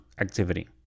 activity